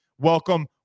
welcome